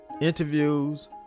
interviews